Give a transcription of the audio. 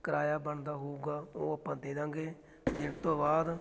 ਕਿਰਾਇਆ ਬਣਦਾ ਹੋਊਗਾ ਉਹ ਆਪਾਂ ਦੇ ਦੇਵਾਂਗੇ ਜਿਸ ਤੋਂ ਬਾਅਦ